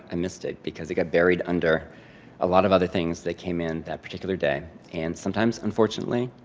i missed it because it got buried under a lot of other things that came in that particular day. and sometimes, unfortunately,